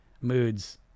moods